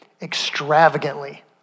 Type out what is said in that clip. extravagantly